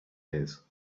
his